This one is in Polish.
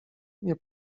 nie